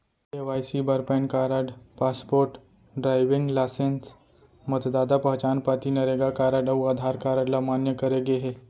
KYC बर PAN card, passport, driving licence, मतदाता पहचान पाती, नरेगा कारड अउ आधार कारड ल मान्य करे गे हे